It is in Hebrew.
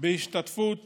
בהשתתפות